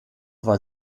war